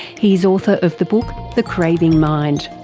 he's author of the book the craving mind.